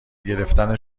گرفتن